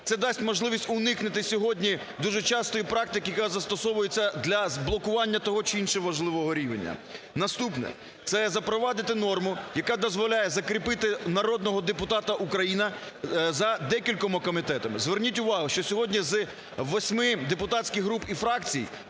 Це дасть можливість уникнути сьогодні дуже частої практики, яка застосовується для заблокування того чи іншого важливого рішення. Наступне – це запровадити норму, яка дозволяє закріпити народного депутата України за декількома комітетами. Зверніть увагу, що сьогодні з восьми депутатських груп і фракцій